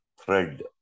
thread